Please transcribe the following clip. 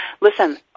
listen